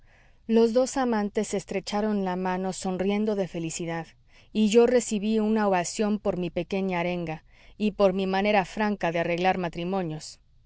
los dos amantes se estrecharon la mano sonriendo de felicidad y yo recibí una ovación por mi pequeña arenga y por mi manera franca de arreglar matrimonios